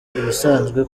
ibisanzwe